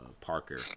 Parker